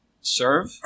serve